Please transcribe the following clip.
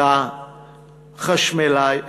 את החשמלאי,